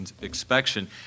inspection